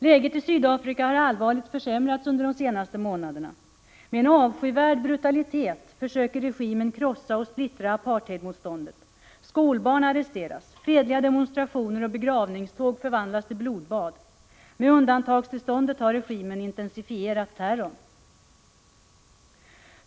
Läget i Sydafrika har allvarligt försämrats under de senaste månaderna. Med en avskyvärd brutalitet försöker regimen krossa och splittra apartheidmotståndet. Skolbarn arresteras. Fredliga demonstrationer och begravningståg förvandlas till blodbad. Med undantagstillståndet har regimen intensifierat terrorn.